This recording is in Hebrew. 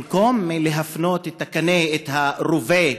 במקום להפנות את הקנה, את הרובה,